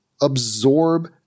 absorb